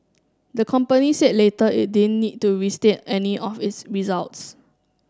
the company said later it didn't need to restate any of its results